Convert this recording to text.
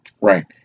Right